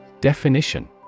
Definition